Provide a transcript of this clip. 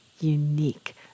unique